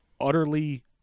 utterly